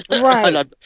right